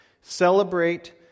celebrate